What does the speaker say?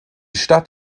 stadt